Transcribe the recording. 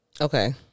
Okay